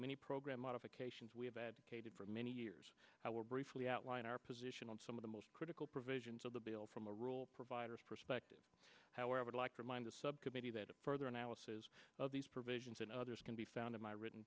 many program modifications we have advocated for many years i will briefly outline our position on some of the most critical provisions of the bill from a rule provider's perspective how i would like to remind the subcommittee that further analysis of these provisions and others can be found in my written